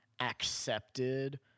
accepted